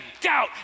doubt